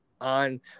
on